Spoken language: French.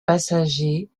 passagers